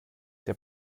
der